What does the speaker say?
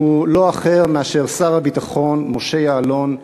הוא לא אחר מאשר שר הביטחון משה יעלון,